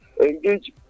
engage